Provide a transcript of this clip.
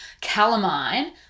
calamine